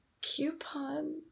Coupon